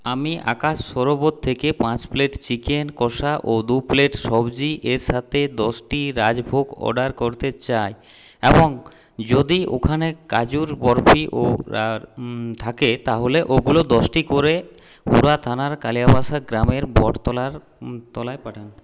আমি আকাশ সরোবর থেকে পাঁচ প্লেট চিকেন কষা ও দু প্লেট সবজির সাথে দশটি রাজভোগ অর্ডার করতে চাই এবং যদি ওখানে কাজুর বরফি ও থাকে তাহলে ওগুলো দশটি করে হুরা থানার কালিয়াবাসা গ্রামের বটতলার তলায় পাঠান